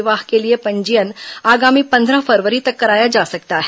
विवाह के लिए पंजीयन आगामी पंद्रह फरवरी तक कराया जा सकता है